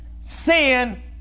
sin